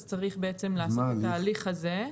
אז צריך בעצם לעשות את ההליך הזה.